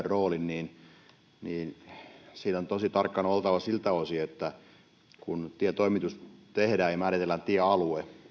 roolin osalta on tosi tarkkana oltava siltä osin että kun tietoimitus tehdään ja määritellään tiealue